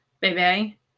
baby